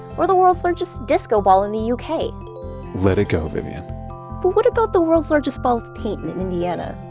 or the world's largest disco ball in the yeah uk let it go, vivian but what about the world's largest ball of paint in indiana?